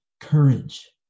courage